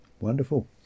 Wonderful